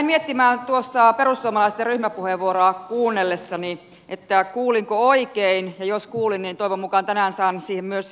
jäin tuossa perussuomalaisten ryhmäpuheenvuoroa kuunnellessani miettimään kuulinko oikein ja jos kuulin niin toivon mukaan tänään saan siihen myös selityksen